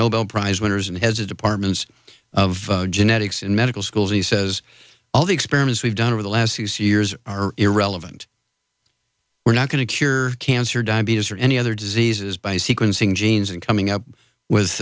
nobel prize winners and has the departments of genetics in medical schools he says all the experiments we've done over the last six years are irrelevant we're not going to cure cancer or diabetes or any other diseases by sequencing genes and coming up with